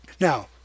Now